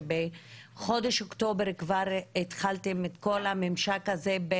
שבחודש אוקטובר כבר התחלתם את כל הממשק הזה.